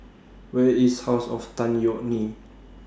Where IS House of Tan Yeok Nee